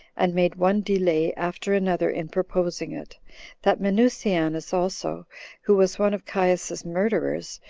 and made one delay after another in proposing it that minucianus also who was one of caius's murderers,